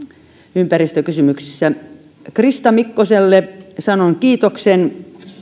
ympäristökysymyksissä krista mikkoselle sanon kiitoksen